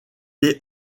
est